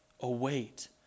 Await